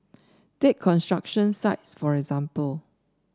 take construction sites for example